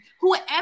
Whoever